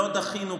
לא דחינו בחירות.